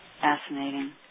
Fascinating